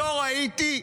לא ראיתי?